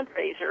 fundraiser